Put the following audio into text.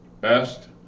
best